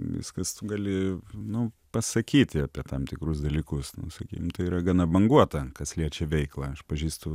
viskas tu gali nu pasakyti apie tam tikrus dalykus nu sakykim tai yra gana banguota kas liečia veiklą aš pažįstu